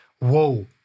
whoa